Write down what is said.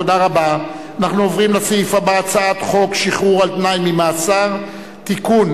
אני קובע שהצעת חוק יישום תוכנית ההתנתקות (תיקון,